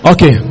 Okay